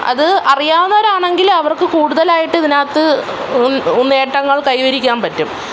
അത് അറിയാവുന്നവരാണങ്കിൽ അവർക്ക് കൂടുതലായിട്ടിതിനകത്ത് നേട്ടങ്ങൾ കൈവരിക്കാൻ പറ്റും